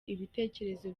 ibitekerezo